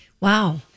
Wow